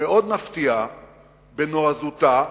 מאוד מפתיעה בנועזותה,